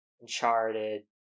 Uncharted